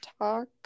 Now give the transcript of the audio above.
talk